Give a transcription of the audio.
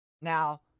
Now